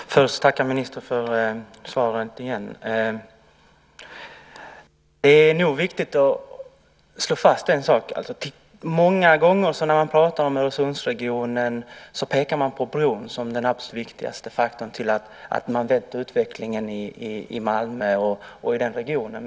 Fru talman! Först vill jag tacka ministern för svaret igen. Det är nog viktigt att slå fast en sak. Många gånger när man pratar om Öresundsregionen pekar man på bron som den absolut viktigaste faktorn för att man har vänt utvecklingen i Malmö och den regionen.